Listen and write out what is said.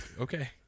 Okay